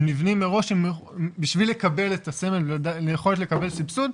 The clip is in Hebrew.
הם נבנים מראש בשביל לקבל את הסמל ויכולת לקבל סבסוד,